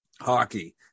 hockey